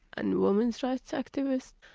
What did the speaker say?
and women's rights activist,